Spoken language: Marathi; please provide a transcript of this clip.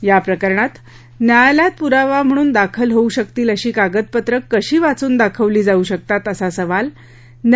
या प्रकरणात न्यायालयात पुरावा म्हणून दाखल होऊ शकतील अशी कागदपत्रं कशी वाचून दाखवली जाऊ शकतात असा सवाल न्या